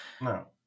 No